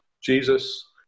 Jesus